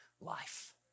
life